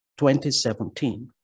2017